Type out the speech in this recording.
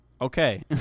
Okay